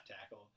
tackle